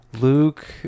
Luke